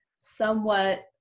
somewhat